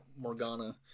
Morgana